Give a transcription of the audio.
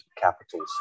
capitals